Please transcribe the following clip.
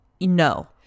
No